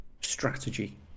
strategy